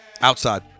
Outside